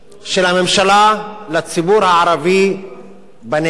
של הממשלה לציבור הערבי בנגב,